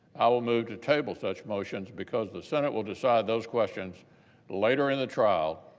i will move to table such motions because the senate will decide those questions later in the trial,